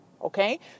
Okay